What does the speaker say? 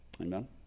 Amen